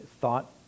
thought